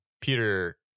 Peter